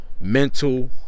Mental